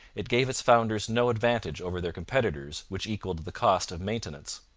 it gave its founders no advantage over their competitors which equalled the cost of maintenance.